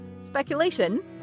speculation